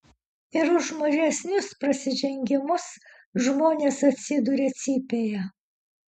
ir už mažesnius prasižengimus žmonės atsiduria cypėje